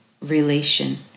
relation